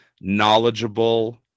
knowledgeable